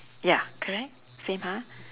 ya correct same ha